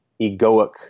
egoic